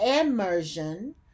immersion